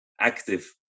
active